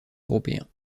européens